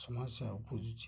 ସମସ୍ୟା ଉପୁଜୁଛି